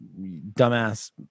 dumbass